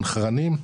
מסונכרנים,